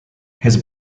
his